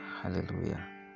hallelujah